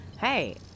hey